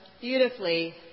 beautifully